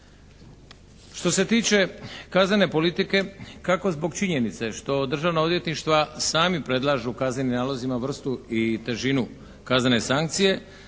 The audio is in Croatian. Što se tiče kaznene politike kako zbog činjenice što državna odvjetništva sami predlažu kaznenim nalozima vrstu i težinu kaznene sankcije